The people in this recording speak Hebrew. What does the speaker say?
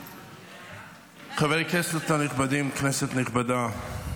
חברי הכנסת הנכבדים, כנסת נכבדה.